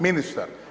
Ministar.